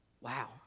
Wow